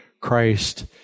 Christ